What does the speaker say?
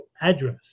address